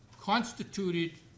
constituted